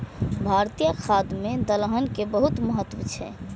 भारतीय खाद्य मे दलहन के बहुत महत्व छै